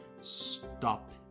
Stop